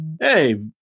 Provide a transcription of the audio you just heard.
hey